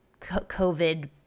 covid